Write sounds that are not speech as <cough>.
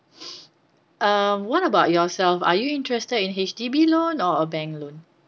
<breath> uh what about yourself are you interested in H_D_B loan or a bank loan